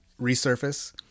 resurface